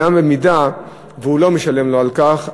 גם במידה שהוא לא משלם לו על כך.